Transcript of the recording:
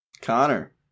Connor